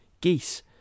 geese